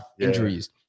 injuries